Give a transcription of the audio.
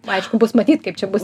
aišku bus matyt kaip čia bus